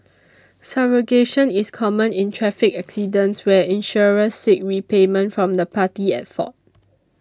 subrogation is common in traffic accidents where insurers seek repayment from the party at fault